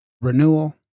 renewal